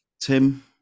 Tim